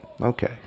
Okay